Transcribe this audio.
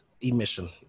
Emission